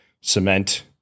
cement